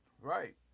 Right